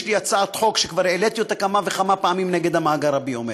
יש לי הצעת חוק שכבר העליתי כמה וכמה פעמים נגד המאגר הביומטרי.